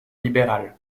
libérale